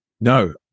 No